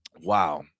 Wow